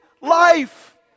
life